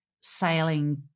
sailing